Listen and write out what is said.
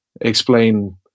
explain